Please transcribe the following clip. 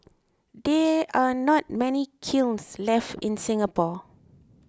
there are not many kilns left in Singapore